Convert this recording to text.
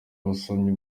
basomyi